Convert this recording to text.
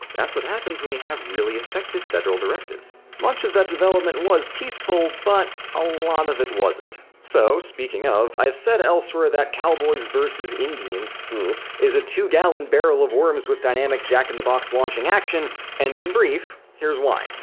that's what happens when you have really effective federal directives. much of that development was peaceful but a lot of it wasn't. so speaking of, i've said elsewhere that cowboys versus indians is a two gallon barrel of worms with dynamic jack-in-the-box launching action and in brief, here's why.